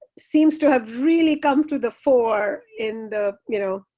seems to have really come to the fore in the you know,